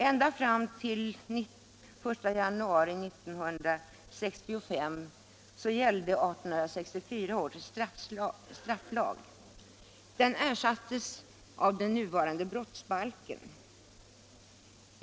Ända fram till 1 januari 1965 gällde 1864 års strafflag. Den ersattes av den nuvarande brottsbalken.